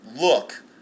look